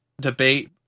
debate